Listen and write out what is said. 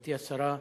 גברתי השרה,